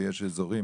ויש אזורים